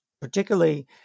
particularly